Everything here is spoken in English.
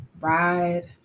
ride